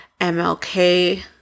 MLK